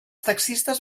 taxistes